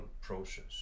process